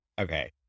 okay